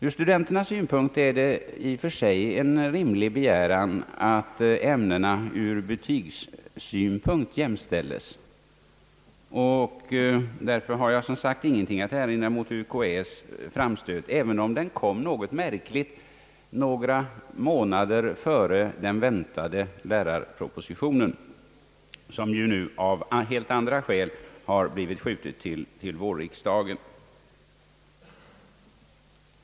Ur studenternas synpunkt är det i och för sig en rimlig begäran att ämnena ur betygssynpunkt jämställs. Därför har jag ingenting att erinra mot UKäÄ:s framstöt, även om den kom något märkligt några månader före den väntade lärarpropositionen, som ju nu av helt andra skäl har blivt uppskjuten till vårriksdagen.